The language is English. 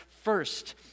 First